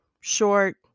short